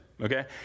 okay